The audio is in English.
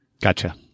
Gotcha